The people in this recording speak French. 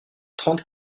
trente